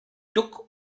duck